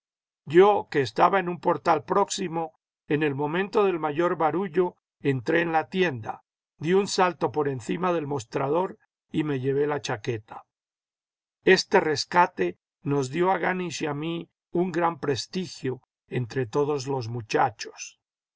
yo que estaba en un portal próximo en el momento del mayor barullo entré en la tienda di un salto por encima del mostrador y me llevé la chaqueta este rescate nos dio a ganisch y a mi un gran prestigio entre todos los muchachos